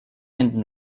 hinten